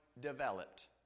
developed